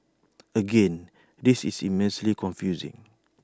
again this is immensely confusing